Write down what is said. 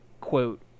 quote